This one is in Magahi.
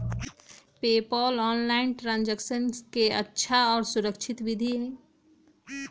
पेपॉल ऑनलाइन ट्रांजैक्शन के अच्छा और सुरक्षित विधि हई